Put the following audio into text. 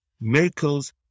miracles